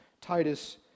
Titus